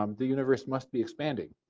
um the universe must be expanding.